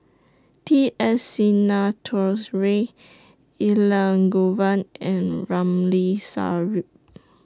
T S Sinnathuray Elangovan and Ramli Sarip